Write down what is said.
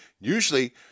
Usually